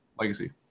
Legacy